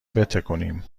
بتکونیم